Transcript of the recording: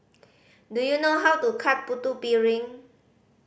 do you know how to cook Putu Piring